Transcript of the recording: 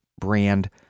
brand